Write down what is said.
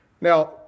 Now